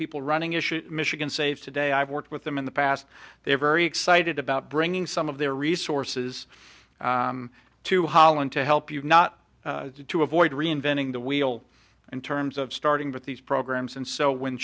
people running issue michigan safe today i've worked with them in the past they're very excited about bringing some of their resources to holland to help you not to avoid reinventing the wheel in terms of starting but these programs and so when